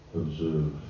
observe